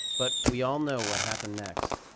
but we all know what happened next.